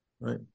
right